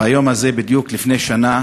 ביום הזה בדיוק לפני שנה